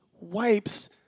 wipes